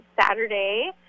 Saturday